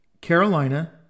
Carolina